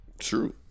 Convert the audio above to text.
True